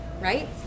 right